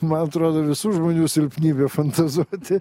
man atrodo visų žmonių silpnybė fantazuoti